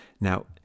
Now